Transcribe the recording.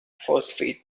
phosphate